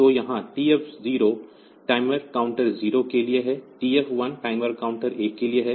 तो यहाँ TF0 timer counter 0 के लिए है TF1 टाइमर काउंटर 1 के लिए है